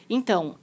Então